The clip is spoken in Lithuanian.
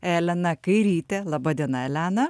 elena kairytė laba diena elena